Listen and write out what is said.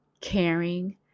caring